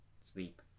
sleep